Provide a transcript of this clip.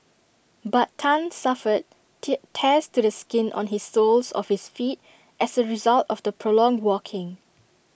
but Tan suffered tear tears to the skin on his soles of his feet as A result of the prolonged walking